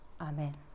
Amen